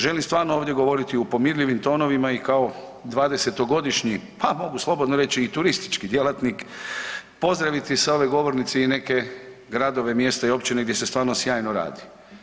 Želim stvarno ovdje govoriti u pomirljivim tonovima i kao 20-godišnji pa mogu slobodno reći i turistički djelatnik pozdraviti sa ove govornice i neke gradove, mjesta i općine gdje se stvarno radi.